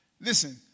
listen